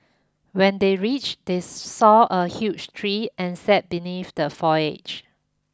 when they reached they saw a huge tree and sat beneath the foliage